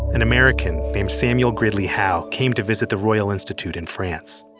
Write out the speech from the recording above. an american named samuel gridley howe came to visit the royal institute in france.